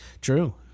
True